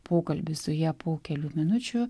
pokalbis su ja po kelių minučių